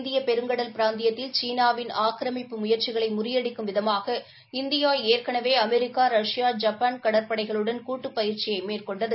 இந்தியப் பெருங்கடல் பிராந்தியத்தில் சீனாவின் ஆக்கிரமிப்பி முயற்சிகளை முறியடிக்கும் விதமாக இந்தியா ஏற்கனவே அமெரிக்கா ரஷ்யா ஜப்பான் கடற்படைகளுடன் கூட்டுப்பயிற்சியை மேற்கொண்டது